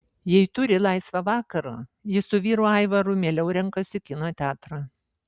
jei turi laisvą vakarą ji su vyru aivaru mieliau renkasi kino teatrą